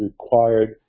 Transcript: required